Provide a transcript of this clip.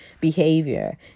behavior